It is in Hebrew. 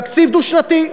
תקציב דו-שנתי.